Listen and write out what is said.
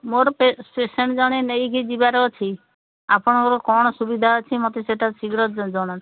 ମୋର ପେସେଣ୍ଟ ଜଣେ ନେଇକି ଯିବାର ଅଛି ଆପଣଙ୍କର କ'ଣ ସୁବିଧା ଅଛି ମୋତେ ସେଟା ଶିଘ୍ର ଜଣାନ୍ତୁ